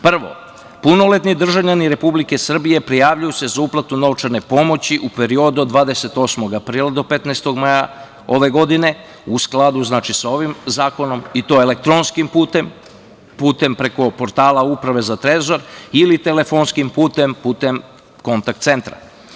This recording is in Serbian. Prvo, punoletni državljani Republike Srbije prijavljuju se za uplatu novčane pomoći u periodu od 28. aprila do 15. maja ove godine, u skladu sa ovim zakonom i to elektronskim putem, putem preko portala Uprave za trezor ili telefonskim putem, putem kontakt centra.